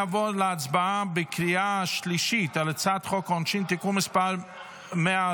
נעבור להצבעה בקריאה השלישית על הצעת חוק העונשין (תיקון מס' 140,